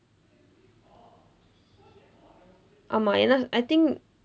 ஆமா ஏனா:aamaa eenaa I think